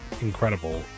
incredible